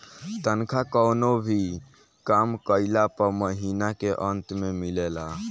तनखा कवनो भी काम कइला पअ महिना के अंत में मिलेला